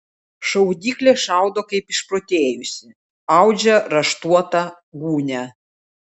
šaudyklė šaudo kaip išprotėjusi audžia raštuotą gūnią